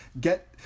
get